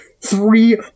three